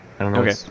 Okay